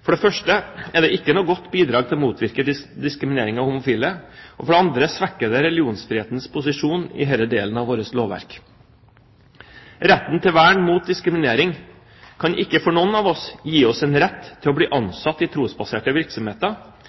For det første er det ikke noe godt bidrag til å motvirke diskriminering av homofile, og for det andre svekker det religionsfrihetens posisjon i denne delen av vårt lovverk. Retten til vern mot diskriminering kan ikke for noen av oss gi oss en rett til å bli